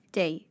day